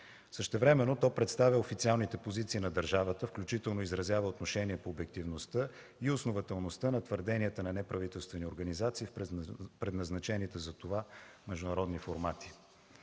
Същевременно то представя официалните позиции на държавата, включително изразява отношение по обективността и основателността на твърденията на неправителствени организации, в предназначените за това международни формати.